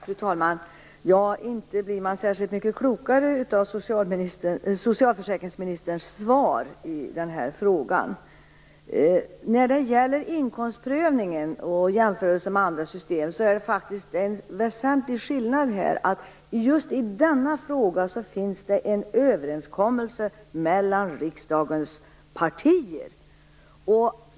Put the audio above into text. Fru talman! Ja, inte blir man särskilt mycket klokare av socialförsäkringsministerns svar i den här frågan. När det gäller inkomstprövningen och jämförelsen med andra system, finns det faktiskt en väsentlig skillnad. Just i denna fråga finns det en överenskommelse mellan riksdagens partier.